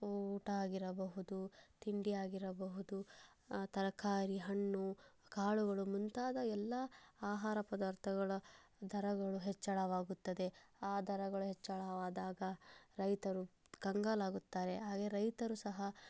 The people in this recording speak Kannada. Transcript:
ಊಟ ಆಗಿರಬಹುದು ತಿಂಡಿ ಆಗಿರಬಹುದು ತರಕಾರಿ ಹಣ್ಣು ಕಾಳುಗಳು ಮುಂತಾದ ಎಲ್ಲ ಆಹಾರ ಪದಾರ್ಥಗಳ ದರಗಳು ಹೆಚ್ಚಳವಾಗುತ್ತದೆ ಆ ದರಗಳು ಹೆಚ್ಚಳವಾದಾಗ ರೈತರು ಕಂಗಾಲು ಆಗುತ್ತಾರೆ ಹಾಗೆ ರೈತರು ಸಹ